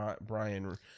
Brian